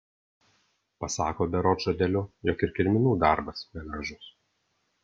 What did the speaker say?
pasako berods žodeliu jog ir kirminų darbas negražus